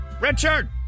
Richard